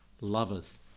loveth